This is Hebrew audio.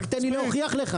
רק תן לי להוכיח לך.